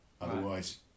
otherwise